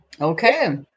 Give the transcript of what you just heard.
Okay